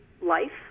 life